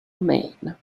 maine